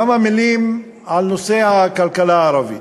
כמה מילים על נושא הכלכלה הערבית.